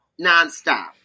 nonstop